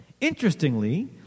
Interestingly